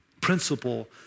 principle